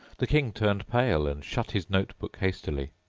the king turned pale, and shut his note-book hastily.